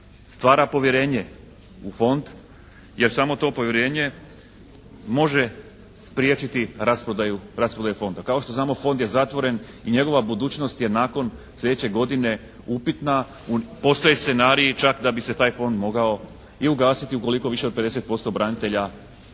stvara povjerenje u Fond, jer samo to povjerenje može spriječiti rasprodaju Fonda. Kao što znamo Fond je zatvoren i njegova budućnost je nakon sljedeće godine upitna. Postoje scenariji čak da bi se taj Fond mogao i ugasiti ukoliko više od 50% branitelja